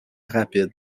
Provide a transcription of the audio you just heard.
rapide